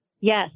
Yes